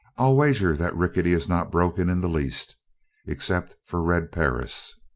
i'll wager that rickety is not broken in the least except for red perris.